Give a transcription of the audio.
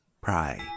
pray